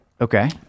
Okay